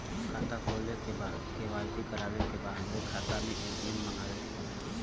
खाता खोले के बा के.वाइ.सी करावे के बा हमरे खाता के ए.टी.एम मगावे के बा?